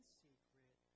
secret